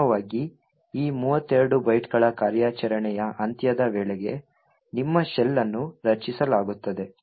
ಅಂತಿಮವಾಗಿ ಈ 32 ಬೈಟ್ಗಳ ಕಾರ್ಯಾಚರಣೆಯ ಅಂತ್ಯದ ವೇಳೆಗೆ ನಿಮ್ಮ ಶೆಲ್ ಅನ್ನು ರಚಿಸಲಾಗುತ್ತದೆ